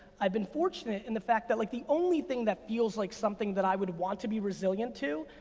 i've been fortunate in the fact that like the only thing that feels like something that i would want to be resilient to,